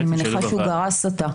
אני מניחה שהוא גרס אותה.